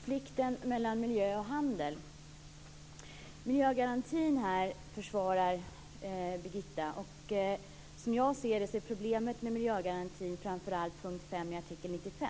Fru talman! Jag vill börja med konflikten mellan miljö och handel. Birgitta försvarar miljögarantin. Som jag ser det är problemet med miljögarantin framför allt punkt 5 i artikel 95.